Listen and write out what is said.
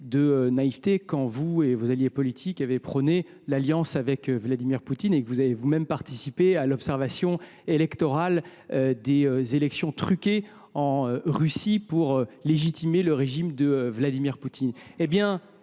de naïveté quand vous et vos alliés politiques avez prôné l’alliance avec Vladimir Poutine. Vous avez vous même participé à l’observation électorale des élections truquées en Russie,… Pas plus qu’à Marseille !… pour légitimer le régime de Vladimir Poutine